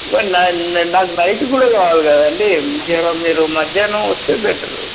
నాకు నైట్ కూడా కావాలి కదండీ మీరు మీరు మధ్యాహ్నం వస్తే బెటరు